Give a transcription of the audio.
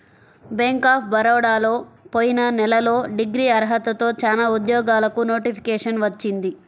bank of బరోడాలో పోయిన నెలలో డిగ్రీ అర్హతతో చానా ఉద్యోగాలకు నోటిఫికేషన్ వచ్చింది